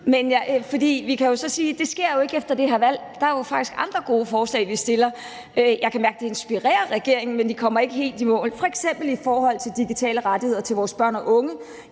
side. Vi kan så sige, at det ikke sker efter valget. Der er faktisk andre gode forslag, vi fremsætter, og jeg kan mærke, at det inspirerer regeringen, men at de ikke kommer helt i mål, f.eks. i forhold til digitale rettigheder til vores børn og unge